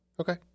Okay